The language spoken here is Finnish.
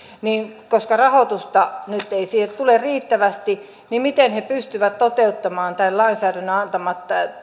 ja koska rahoitusta nyt ei siihen tule riittävästi niin miten he pystyvät toteuttamaan tämän lainsäädännön antamat